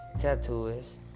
tattoos